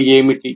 ఇవి ఏమిటి